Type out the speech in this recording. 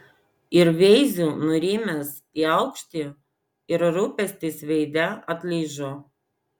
ir veiziu nurimęs į aukštį ir rūpestis veide atlyžo